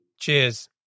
Cheers